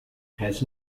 has